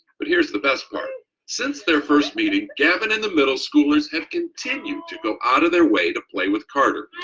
but here's the best part since their first meeting gavin and the middle schoolers have continued to go out of their way to play with carter.